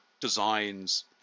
designs